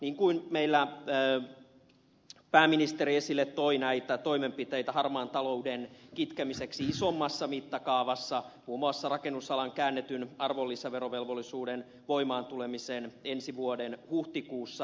niin kuin meillä pääministeri esille toi näitä toimenpiteitä harmaan talouden kitkemiseksi isommassa mittakaavassa muun muassa rakennusalan käännetyn arvonlisäverovelvollisuuden voimaan tulemisen ensi vuoden huhtikuussa ed